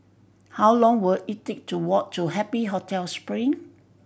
how long will it take to walk to Happy Hotel Spring